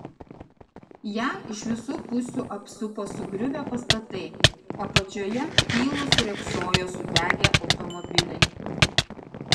ją iš visų pusių apsupo sugriuvę pastatai apačioje tylūs riogsojo sudegę automobiliai